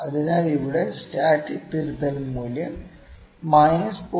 അതിനാൽ ഇവിടെ സ്റ്റാറ്റിക് തിരുത്തൽ മൂല്യം മൈനസ് 0